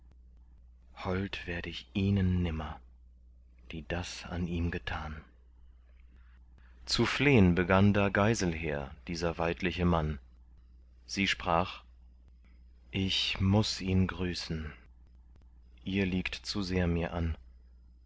hold werd ich ihnen nimmer die das an ihm getan zu flehn begann da geiselher dieser weidliche mann sie sprach ich muß ihn grüßen ihr liegt zu sehr mir an